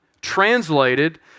translated